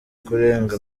kurenga